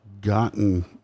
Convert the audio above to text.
gotten